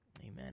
Amen